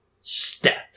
step